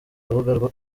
rubuga